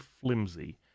flimsy